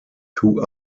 two